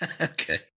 Okay